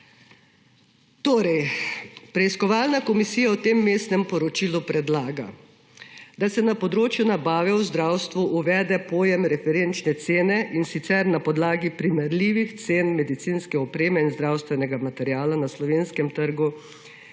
Gorica. Preiskovalna komisija v tem vmesnem poročilu predlaga: da se na področju nabave v zdravstvu uvede pojem referenčne cene, in sicer na podlagi primerljivih cen medinske opreme in zdravstvenega materiala na slovenskem trgu